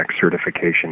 Certification